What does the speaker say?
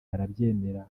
arabyemera